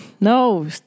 No